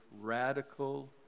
radical